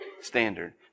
standard